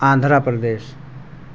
Andhra Pradesh